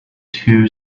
two